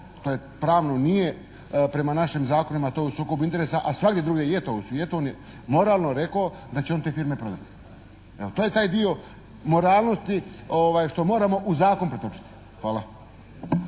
to je, pravno nije prema našim zakonima to u sukobu interesa, a svagdje drugdje je to u svijetu, on je moralno rekao da će on te firme prodati. To je taj dio moralnosti, što moramo u zakon pretočiti. Hvala.